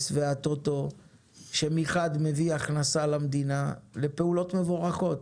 והטוטו שמחד מביא הכנסה למדינה לפעולות מבורכות,